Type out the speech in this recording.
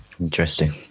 Interesting